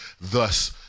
thus